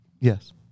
Yes